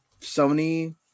Sony